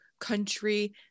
country